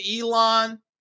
Elon